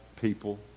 people